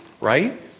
right